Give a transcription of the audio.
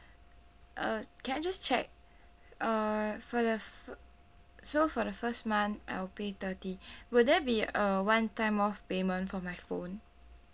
uh can I just check uh for the f~ so for the first month I'll pay thirty will there be a one time off payment for my phone